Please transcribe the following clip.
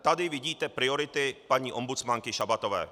Tady vidíte priority paní ombudsmanky Šabatové.